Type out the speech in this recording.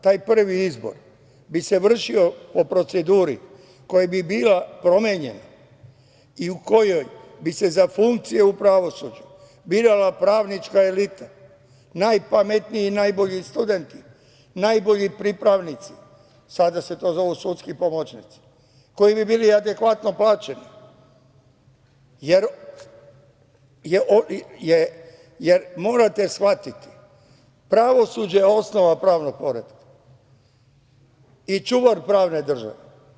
Taj prvi izbor bi se vršio o proceduri koja bi bila promenjena i u kojoj bi se za funkcije u pravosuđu birala pravnička elita, najpametniji i najbolji studenti, najbolji pripravnici, sada se to zovu sudski pomoćnici, koji bi bili adekvatno plaćeni, jer morate shvatiti pravosuđe je osnova pravnog poretka i čuvar pravne države.